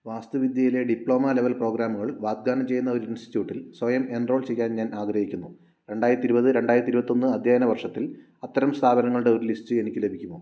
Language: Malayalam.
വാസ്തുവിദ്യയിലെ ഡിപ്ലോമ ലെവൽ പ്രോഗ്രാമുകൾ വാഗ്ദാനം ചെയ്യുന്ന ഒരു ഇൻസ്റ്റിറ്റ്യൂട്ടിൽ സ്വയം എൻറോൾ ചെയ്യാൻ ഞാൻ ആഗ്രഹിക്കുന്നു രണ്ടായിരത്തി ഇരുപത് രണ്ടായിരത്തി ഇരുപത്തൊന്ന് അധ്യയന വർഷത്തിൽ അത്തരം സ്ഥാപനങ്ങളുടെ ഒരു ലിസ്റ്റ് എനിക്ക് ലഭിക്കുമോ